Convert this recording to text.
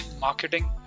marketing